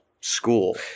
school